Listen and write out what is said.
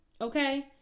Okay